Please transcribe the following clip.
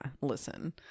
Listen